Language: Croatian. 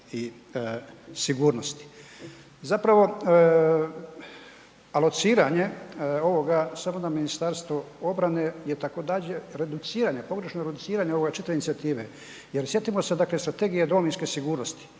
i sigurnosti. Zapravo, alociranje ovoga samo da MORH .../Govornik se ne razumije./... reduciranje pogrešno reduciranje ove čitave inicijative jer sjetimo se dakle Strategije domovinske sigurnosti,